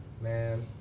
man